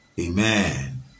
Amen